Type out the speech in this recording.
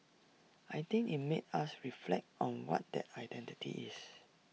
I think IT made us reflect on what that identity is